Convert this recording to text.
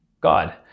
God